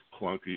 clunky